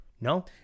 No